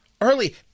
early